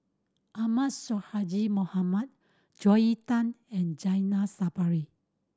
Ahmad Sonhadji Mohamad Joel Tan and Zainal Sapari